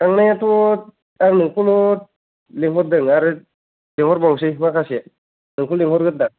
थांनायाथ' आं नोंखौल' लेंहरदों आरो लेंहरबावनोसै माखासे नोंखौ लेंहरग्रोदों आं